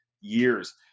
years